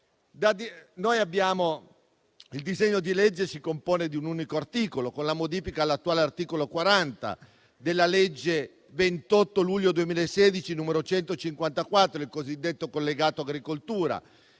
Il disegno di legge si compone di un unico articolo, di modifica dell'attuale articolo 40 della legge 28 luglio 2016, n. 154, il cosiddetto collegato agricoltura,